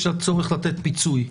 יש לה צורך לתת פיצוי.